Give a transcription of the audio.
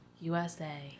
USA